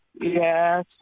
Yes